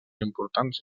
importants